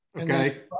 Okay